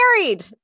married